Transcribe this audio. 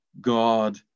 God